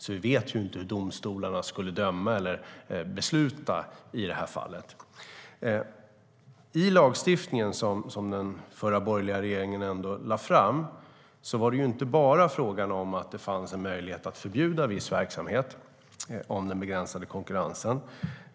Vi vet alltså inte hur domstolarna skulle döma eller besluta i det här fallet. I den lagstiftning den förra borgerliga regeringen lade fram var det inte bara fråga om att det fanns möjlighet att förbjuda viss verksamhet om den begränsade konkurrensen.